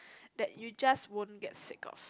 that you just won't get sick of